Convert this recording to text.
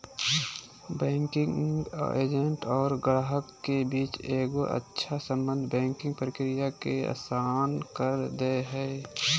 banking agent और गाहक के बीच एगो अच्छा सम्बन्ध बैंकिंग प्रक्रिया के आसान कर दे हय